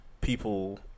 People